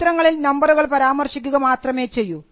ചിത്രങ്ങളിൽ നമ്പറുകൾ പരാമർശിക്കുക മാത്രമേ ചെയ്യൂ